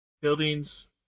Buildings